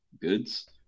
goods